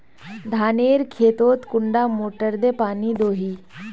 धानेर खेतोत कुंडा मोटर दे पानी दोही?